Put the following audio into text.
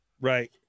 Right